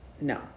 No